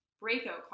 breakout